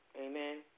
Amen